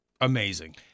amazing